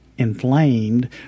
Inflamed